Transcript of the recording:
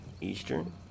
Eastern